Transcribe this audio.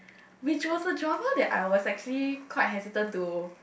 which was a drama that I was actually quite hesitated to